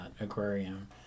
aquarium